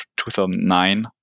2009